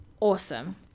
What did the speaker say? awesome